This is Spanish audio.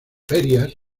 ferias